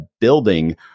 building